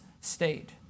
state